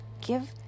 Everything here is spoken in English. Give